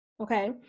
Okay